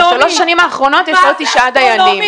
בשלוש שנים האחרונות יש עוד תשעה דיינים.